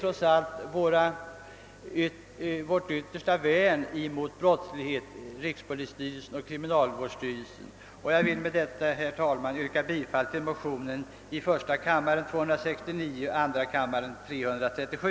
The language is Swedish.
Rikspolisstyrelsen och kriminalvårdsstyrelsen utgör ju vårt yttersta värn mot brottsligheten. Jag vill med detta, herr talman, yrka bifall till motionerna I: 269 och II: 337.